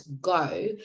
go